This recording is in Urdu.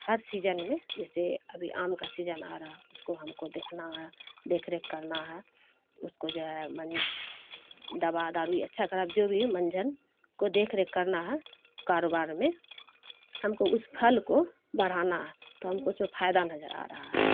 ہر سیزن میں جیسے ابھی آم کا سیزن آ رہا اس کو ہم کو دیکھنا ہے دیکھ ریکھ کرنا ہے اس کو جو ہے منج دوا دارو اچھا کھراب جو بھی ہے منجھن کو دیکھ ریکھ کرنا ہے کاروبار میں ہم کو اس پھل کو بڑھانا ہے تو ہم کو اس میں فائدہ نظر آ رہا ہے